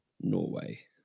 Norway